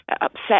upset